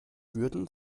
würden